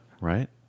Right